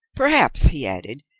perhaps, he added,